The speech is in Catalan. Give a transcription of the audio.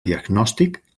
diagnòstic